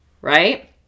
right